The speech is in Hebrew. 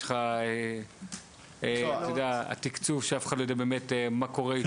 יש לך התקצוב שאף אחד לא יודע באמת מה קורה אתו.